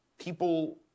people